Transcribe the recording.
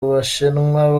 ubushinwa